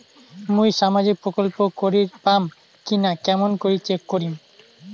মুই সামাজিক প্রকল্প করির পাম কিনা কেমন করি চেক করিম?